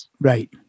Right